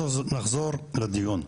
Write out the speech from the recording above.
אנחנו נחזור לדיון.